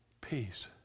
Peace